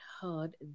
heard